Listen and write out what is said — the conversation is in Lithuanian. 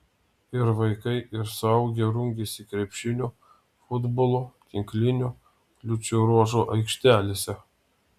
ir vaikai ir suaugę rungėsi krepšinio futbolo tinklinio kliūčių ruožo aikštelėse